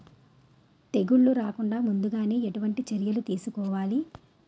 తెగుళ్ల రాకుండ ముందుగానే ఎటువంటి చర్యలు తీసుకోవాలి?